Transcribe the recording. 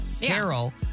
Carol